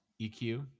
eq